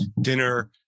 Dinner